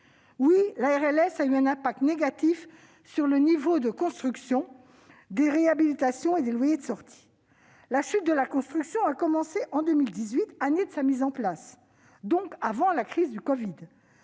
Oui, la RLS a eu des effets négatifs sur le niveau de la construction, des réhabilitations et des loyers de sortie. La chute de la construction a commencé en 2018, année de sa mise en place, et donc avant la crise du covid.